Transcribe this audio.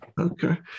Okay